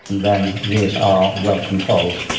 then these are well controlled.